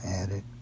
added